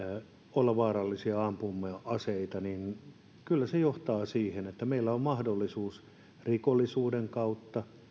olla vaarallisia ampuma aseita kyllä johtaa siihen että meillä on mahdollisuus rikollisuuden kautta